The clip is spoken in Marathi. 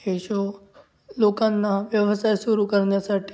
हे शो लोकांना व्यवसाय सुरू करण्यासाठी